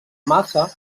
massa